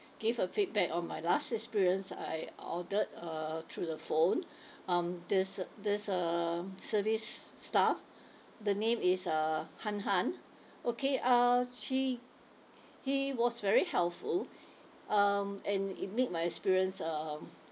give a feedback on my last experience I ordered uh through the phone um this this uh service staff the name is uh han han okay uh she he was very helpful um and it made my experience um